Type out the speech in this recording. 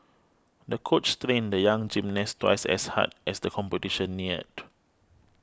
the coach trained the young gymnast twice as hard as the competition neared